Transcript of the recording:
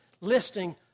listing